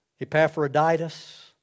Epaphroditus